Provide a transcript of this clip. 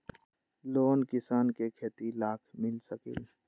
Loan किसान के खेती लाख मिल सकील?